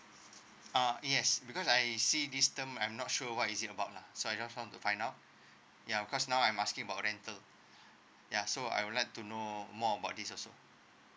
uh yes because I see this term I'm not sure what is it about lah so I just want to find out ya cause now I'm asking about rental ya so I would like to know more about this also